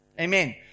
amen